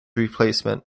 replacement